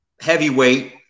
heavyweight